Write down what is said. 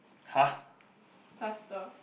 faster